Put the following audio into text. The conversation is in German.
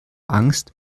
angst